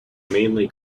mainly